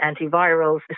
antivirals